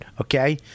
okay